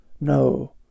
no